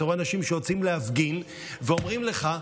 ואתה רואה אנשים שיוצאים להפגין ואומרים לך,